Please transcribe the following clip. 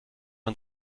man